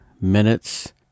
minutes